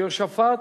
יהושפט,